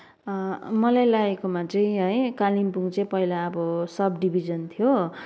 मलाई लागेकोमा चाहिँ है कालिम्पोङ चाहिँ पहिला अब सब डिभिजन थियो